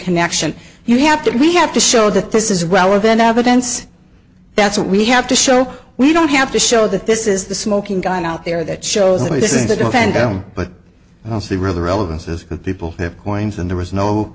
connection you have to we have to show that this is relevant evidence that's what we have to show we don't have to show that this is the smoking gun out there that shows that this is to defend him but i don't see where the relevance is that people have points and there was no